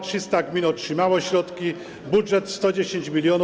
300 gmin otrzymało środki, budżet - 110 mln.